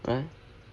right